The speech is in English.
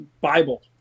Bible